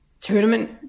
tournament